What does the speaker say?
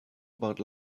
about